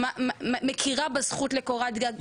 מכירה בזכות לקורת גג,